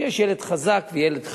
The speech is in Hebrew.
כשיש ילד חזק וילד חלש,